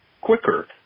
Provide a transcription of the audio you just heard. quicker